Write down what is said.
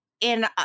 in-